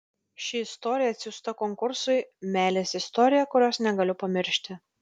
ši istorija atsiųsta konkursui meilės istorija kurios negaliu pamiršti